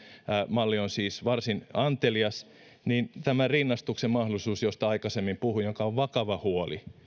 malli on siis varsin antelias niin tämä rinnastuksen mahdollisuus josta aikaisemmin puhuin ja joka on vakava huoli